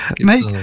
Make